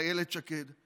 של אילת שקד.